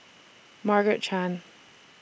Margaret Chan